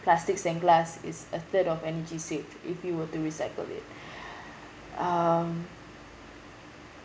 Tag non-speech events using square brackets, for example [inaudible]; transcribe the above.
plastics and glass is a third of energy saved if you were to recycle it [breath] um